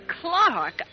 Clark